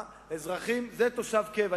זה תושב קבע.